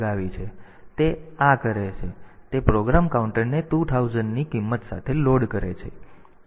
તેથી તે આ કરે છે અને તે પ્રોગ્રામ કાઉન્ટરને 2000 ની કિંમત સાથે લોડ કરે છે